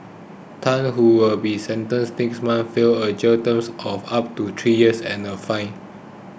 Tan who will be sentenced next month feel a jail term of up to three years and a fine